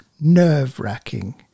Nerve-wracking